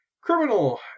criminal